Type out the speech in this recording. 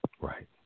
Right